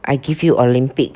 I give you olympic